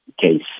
case